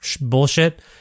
bullshit